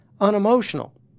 unemotional